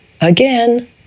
again